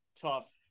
tough